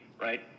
Right